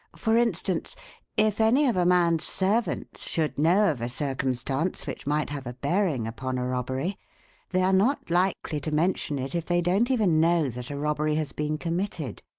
for instance if any of a man's servants should know of a circumstance which might have a bearing upon a robbery they are not likely to mention it if they don't even know that a robbery has been committed.